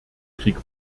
krieg